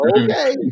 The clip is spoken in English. okay